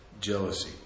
jealousy